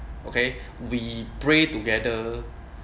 okay we pray together